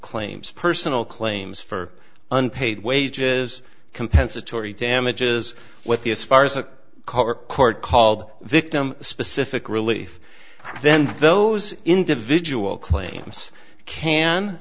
claims personal claims for unpaid wages compensatory damages what the aspire is a car court called victim specific relief then those individual claims can